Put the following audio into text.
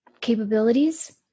capabilities